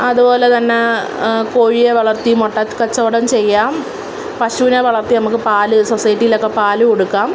അതുപോലെതന്നെ കോഴിയെ വളർത്തി മുട്ട കച്ചവടം ചെയ്യാം പശുവിനെ വളർത്തി നമ്മള്ക്ക് പാല് സൊസൈറ്റിയിലൊക്കെ പാല് കൊടുക്കാം